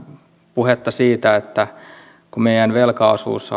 puhetta siitä kun meidän velkaosuutemme